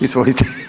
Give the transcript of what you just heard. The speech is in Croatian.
Izvolite.